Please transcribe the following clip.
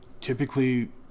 typically